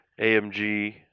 AMG